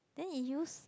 then he use